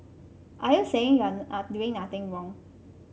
are you saying you're are doing nothing wrong